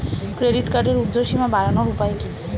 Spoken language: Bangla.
ক্রেডিট কার্ডের উর্ধ্বসীমা বাড়ানোর উপায় কি?